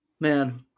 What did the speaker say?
Man